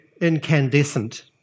incandescent